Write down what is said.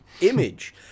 image